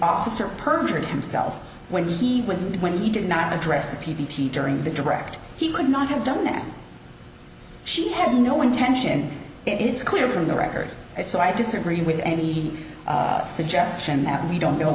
officer perjured himself when he was and when he did not address the p b t during the direct he could not have done that she had no intention it is clear from the record and so i disagree with anything suggestion that we don't know